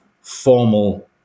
formal